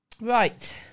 Right